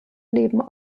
leben